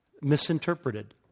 misinterpreted